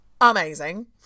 Amazing